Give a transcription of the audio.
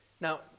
Now